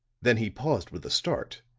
then he paused with a start,